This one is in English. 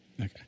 Okay